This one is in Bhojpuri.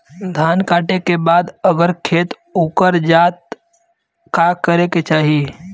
धान कांटेके बाद अगर खेत उकर जात का करे के चाही?